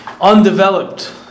undeveloped